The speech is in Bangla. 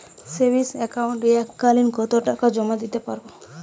সেভিংস একাউন্টে এক কালিন কতটাকা জমা দিতে পারব?